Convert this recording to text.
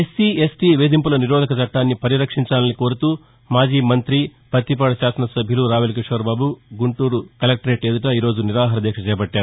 SC ST వేధింపుల నిరోధక చట్లాన్ని పరిరక్షించాలని కోరుతూ మాజీ మంత్రి పత్తిపాడు శాసన సభ్యులు రావెల కిషోర్బాబు గుంటూరు ఈరోజు కలెక్టరేట్ ఎదుట నిరాహార దీక్ష చేపట్టారు